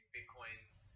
Bitcoin's